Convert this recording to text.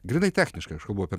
grynai techniškai aš kalbu apie